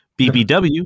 BBW